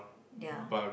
ya